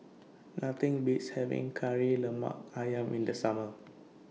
Nothing Beats having Kari Lemak Ayam in The Summer